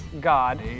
God